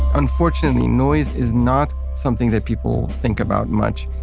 unfortunately noise is not something that people think about much.